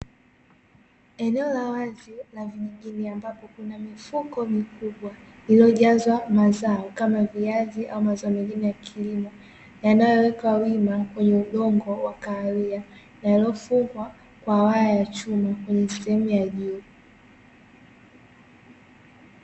Eneo la wazi la vijijini, ambapo kuna mifuko mikubwa iliyojazwa mazao, kama viazi au mazao mengine ya kilimo, yanayowekwa wima kwenye udongo wa kahawia na yaliyofungwa kwa waya ya chuma kwenye sehemu ya juu.